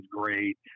great